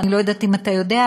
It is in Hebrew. אני לא יודעת אם אתה יודע,